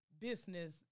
business